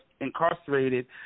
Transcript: incarcerated